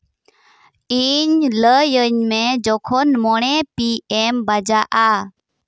ᱤᱧ ᱞᱟᱹᱭᱟᱹᱧ ᱢᱮ ᱡᱚᱠᱷᱚᱱ ᱢᱚᱬᱮ ᱯᱤ ᱮᱢ ᱵᱟᱡᱟᱜᱼᱟ